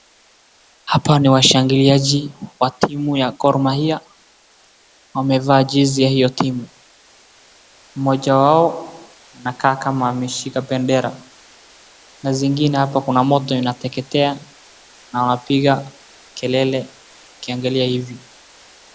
Hapa ni washangiliaji wa timu ya Gor Mahia wamevaa jezi ya hio timu. Mmoja wao anakaa kama ameshika bendera na zingine hapa kuna moto inateketea na wanapiga kelele wakiangalia hivi.